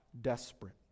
desperate